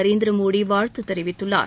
நரேந்திர மோடி வாழ்த்து தெரிவித்துள்ளார்